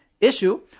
issue